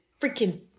freaking